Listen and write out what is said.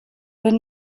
been